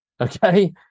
Okay